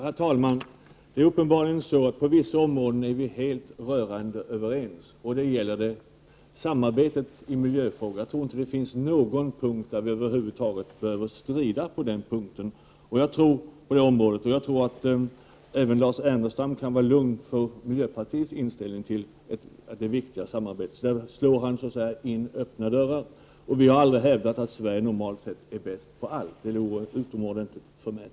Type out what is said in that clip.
Herr talman! Det är uppenbarligen så att vi på vissa områden är rörande överens, t.ex. när det gäller samarbetet i miljöfrågor. Jag tror inte att det på det området över huvud taget finns någon punkt där vi behöver strida. Jag tror att även Lars Ernestam kan känna sig lugn när det gäller miljöpartiets inställning på den punkten: Vi tycker att det är viktigt med samarbete. Där Prot. 1988/89:118 slår han alltså in öppna dörrar. Vi har aldrig hävdat att Sverige normalt sett är 22 maj 1989 bäst på allt — det vore utomordentligt förmätet.